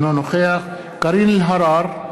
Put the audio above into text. אינו נוכח קארין אלהרר,